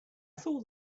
thought